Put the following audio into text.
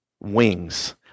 wings